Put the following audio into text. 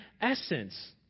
essence